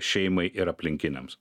šeimai ir aplinkiniams